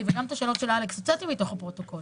וגם של אלכס שהוצאתי מתוך הפרוטוקול